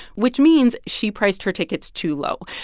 which means she priced her tickets too low.